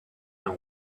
and